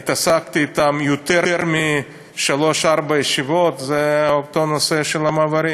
התעסקתי אתם יותר משלוש-ארבע ישיבות זה אותו נושא של המעברים.